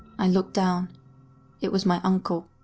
i looked down it was my uncle.